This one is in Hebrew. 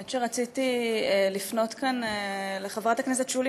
האמת היא שרציתי לפנות כאן אל חברת הכנסת שולי